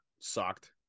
sucked